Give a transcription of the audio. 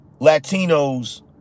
Latinos